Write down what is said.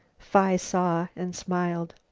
phi saw and smiled.